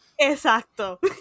Exacto